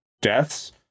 deaths